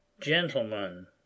gentlemen